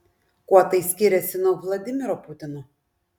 kuo tai skiriasi nuo vladimiro putino